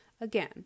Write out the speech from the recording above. Again